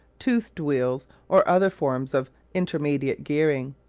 toothed wheels, or other forms of intermediate gearing.